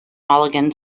mulligan